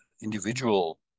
individual